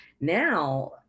now